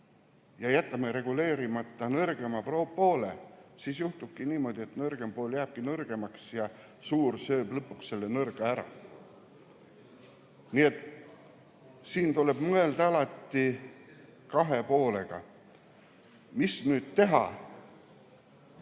ja jätame reguleerimata nõrgema poole, siis juhtubki niimoodi, et nõrgem pool jääb nõrgemaks ja suur sööb lõpuks selle nõrga ära. Nii et siin tuleb mõelda alati kahe poole peale. Mis nüüd teha?